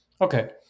Okay